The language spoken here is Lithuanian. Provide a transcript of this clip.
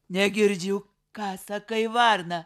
negirdžiu ką sakai varna